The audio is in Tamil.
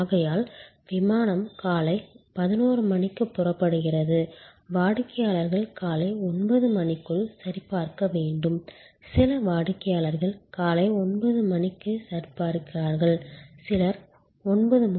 ஆகையால் விமானம் காலை 11 மணிக்கு புறப்படுகிறது வாடிக்கையாளர்கள் காலை 9 மணிக்குள் சரிபார்க்க வேண்டும் சில வாடிக்கையாளர்கள் காலை 9 மணிக்கு சரிபார்க்கிறார்கள் சிலர் 9